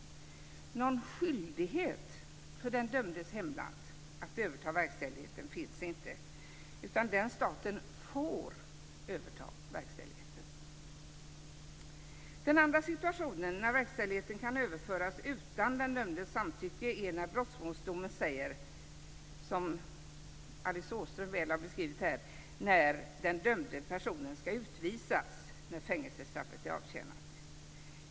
Någon skyldighet för den dömdes hemland att överta verkställigheten finns inte, utan den staten får överta verkställigheten. Den andra situationen där verkställigheten kan överföras utan den dömdes samtycke är när brottsmålsdomen säger, som Alice Åström så väl har beskrivit här, att den dömde personen ska utvisas när fängelsestraffet är avtjänat.